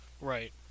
Right